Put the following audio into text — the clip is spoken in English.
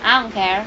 I don't care